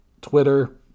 Twitter